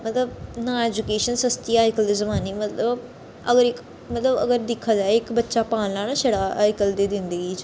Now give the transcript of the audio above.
मतलब ना ऐजुकेशन सस्ती ऐ अज्जकल दे जमाने च मतलब अगर इक मतलब अगर दिक्खा जाए इक बच्चा पालना ना छड़ा अज्जकल दी जिंदगी च